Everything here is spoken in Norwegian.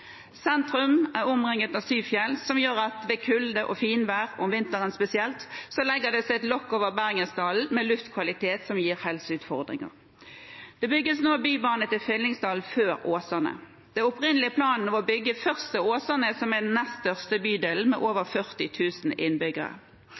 Sentrum er omringet av syv fjell, noe som gjør at ved kulde og finvær, om vinteren spesielt, legger det seg et lokk over Bergensdalen, med en luftkvalitet som gir helseutfordringer. Utbyggingen av Bybanen til Fyllingsdalen før Åsane: Den opprinnelige planen var å bygge først til Åsane, som er den nest største bydelen, med over